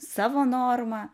savo normą